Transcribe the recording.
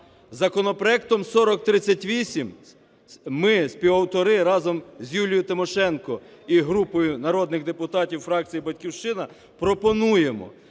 Законопроектом 4038 ми, співавтори, разом з Юлією Тимошенко і групою народних депутатів фракції "Батьківщина", пропонуємо